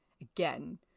again